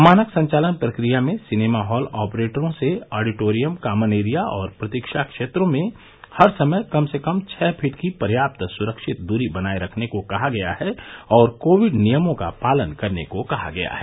मानक संचालन प्रक्रिया में सिनेमा हॉल ऑपरेटरों से ऑडिटोरियम कॉमन एरिया प्रतीक्षा क्षेत्रों में हर समय कम से कम छह फीट की पर्याप्त सुरक्षित दूरी बनाये रखने को कहा गया है और कोविड नियमों का पालन करने को कहा गया है